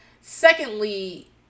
secondly